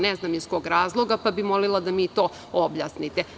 Ne znam iz kog razloga, pa bih molila da mi i to objasnite.